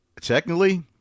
Technically